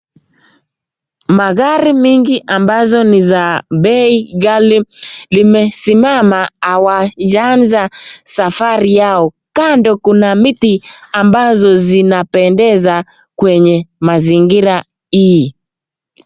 Magari mengi ambazo ni za bei ghali limesimama hawajaanza safari yao. Kando kuna miti ambazo zinapendeza kwenye mazingira hii.